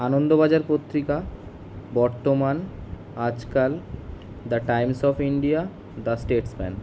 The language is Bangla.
Anandabazar Patrika Bartaman Aajkaal the Times of India the Statesman